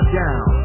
down